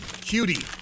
Cutie